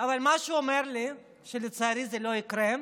אבל משהו אומר לי שלצערי זה לא יקרה.